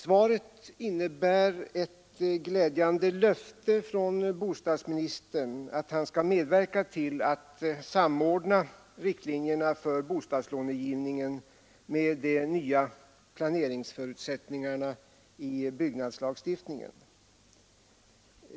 Svaret innebär ett glädjande löfte från bostadsministern att han skall medverka till att samordna riktlinjerna för bostadslångivningen med de nya planeringsförutsättningarna i byggnadslagstiftningen.